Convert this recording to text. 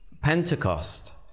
Pentecost